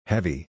Heavy